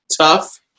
tough